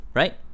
right